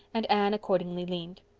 and anne accordingly leaned.